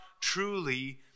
truly